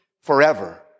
forever